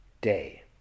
day